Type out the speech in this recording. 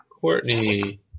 Courtney